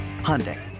Hyundai